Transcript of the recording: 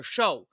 Show